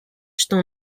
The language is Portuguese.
estão